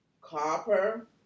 Copper